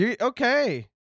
Okay